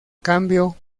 cambio